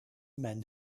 men